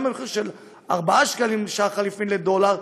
גם במחיר של ארבעה שקלים שער חליפין לדולר,